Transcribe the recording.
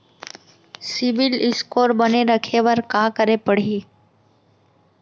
CIBIL score बने रखे बर का करे पड़ही?